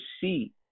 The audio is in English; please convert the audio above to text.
see